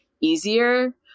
easier